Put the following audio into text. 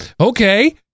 okay